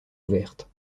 ouverte